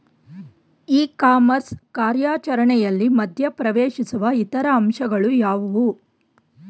E commerce ಕಾರ್ಯಾಚರಣೆಯಲ್ಲಿ ಮಧ್ಯ ಪ್ರವೇಶಿಸುವ ಇತರ ಅಂಶಗಳು ಯಾವುವು?